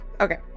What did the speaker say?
Okay